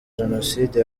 jenoside